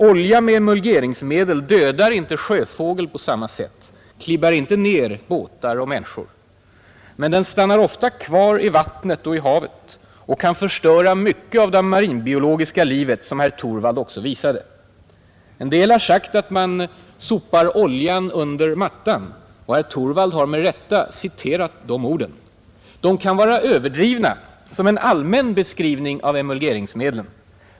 Olja med emulgeringsmedel dödar inte sjöfågel på samma sätt, klibbar inte ner båtar och människor. Men den stannar ofta kvar i vattnet och kan förstöra mycket av det marinbiologiska livet, som herr Torwald också visade. En del har sagt att man ”sopar oljan under mattan”, och herr Torwald har med rätta citerat de orden. De kan vara överdrivna som en allmän beskrivning av emulgeringsmedlen.